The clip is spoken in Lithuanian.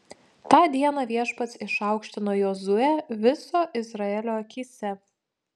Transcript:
tą dieną viešpats išaukštino jozuę viso izraelio akyse